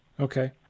Okay